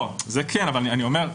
זה כן, אבל אני אומר,